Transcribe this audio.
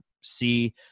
see –